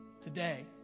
Today